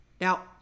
Now